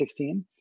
2016